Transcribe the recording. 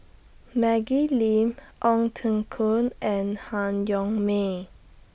Maggie Lim Ong Teng Koon and Han Yong May